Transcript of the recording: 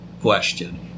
question